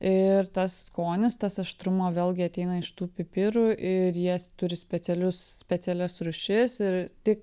ir tas skonis tas aštrumo vėlgi ateina iš tų pipirų ir jie turi specialius specialias rūšis ir tik